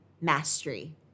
mastery